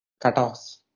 cutoffs